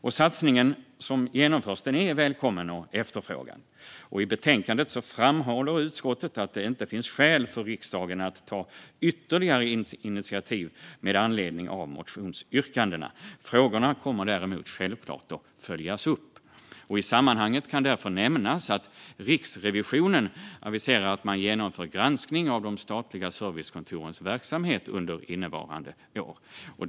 Den satsning som genomförs är välkommen och efterfrågad. I betänkandet framhåller utskottet att det inte finns skäl för riksdagen att ta ytterligare initiativ med anledning av motionsyrkandena. Frågorna kommer däremot självklart att följas upp. I sammanhanget kan därför nämnas att Riksrevisionen har aviserat att man genomför granskning av de statliga servicekontorens verksamhet under innevarande år.